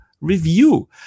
review